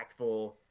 impactful